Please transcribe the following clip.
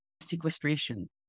sequestration